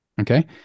okay